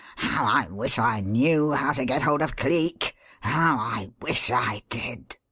how i wish i knew how to get hold of cleek how i wish i did!